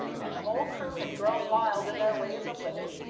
and the whole crew had grown wild in their ways of living,